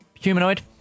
Humanoid